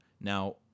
Now